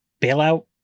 bailout